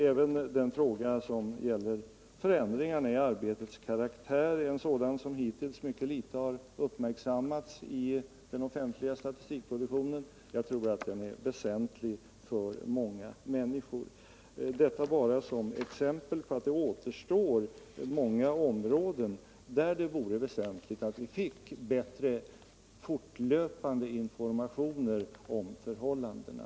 Även den fråga som gäller förändringarna i arbetets karaktär har uppmärksammats mycket litet i den offentliga statistikproduktionen. Jag tror att även den frågan är väsentlig för många människor. Jag har anfört dessa exempel för att peka på att det återstår många områden, för vilka det vore värdefullt att få fortlöpande informationer om förhållandena.